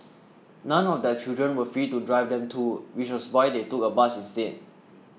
none of their children were free to drive them too which was why they took a bus instead